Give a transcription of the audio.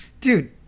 Dude